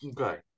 Okay